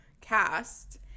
cast